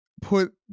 put